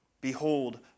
Behold